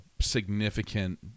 significant